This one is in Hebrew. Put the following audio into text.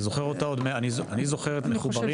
אני זוכרת את 'מחוברים'